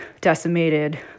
decimated